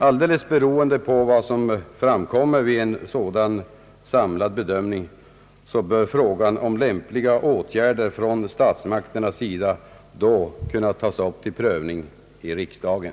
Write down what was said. På basis av vad som framkommer vid en sådan bedömning bör frågan om lämpliga åtgärder från statsmakternas sida sedan kunna tas upp till prövning av riksdagen.